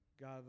God